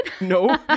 No